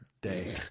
day